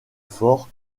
fort